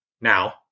Now